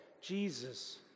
Jesus